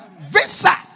Visa